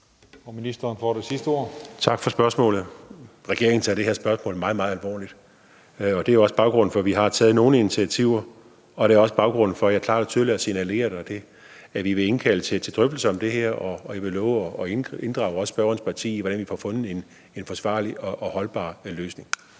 og klimaministeren (Lars Christian Lilleholt): Tak for spørgsmålet. Regeringen tager det her spørgsmål meget, meget alvorligt, og det er også baggrunden for, at vi har taget nogle initiativer. Det er også baggrunden for, at jeg klart og tydeligt har signaleret, at vi vil indkalde til drøftelser om det her, og jeg vil love at inddrage også spørgerens parti i, hvordan vi får fundet en forsvarlig og holdbar løsning.